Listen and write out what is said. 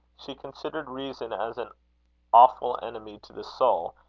she considered reason as an awful enemy to the soul,